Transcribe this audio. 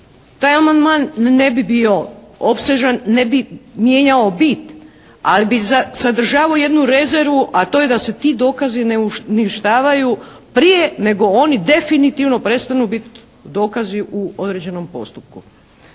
Taj amandman ne bi bio opsežan, ne bi mijenjao bit ali bi sadržavao jednu rezervu a to je da se ti dokazi ne uništavaju prije nego oni definitivno prestanu biti dokazi u određenom postupku.